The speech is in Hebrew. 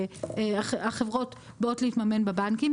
והחברות באות להתממן בבנקים.